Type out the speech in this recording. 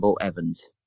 Evans